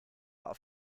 auf